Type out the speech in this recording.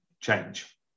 change